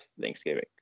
Thanksgiving